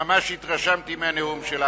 וממש התרשמתי מהנאום שלך.